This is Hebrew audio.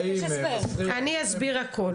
אני אסביר הכל.